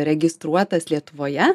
registruotas lietuvoje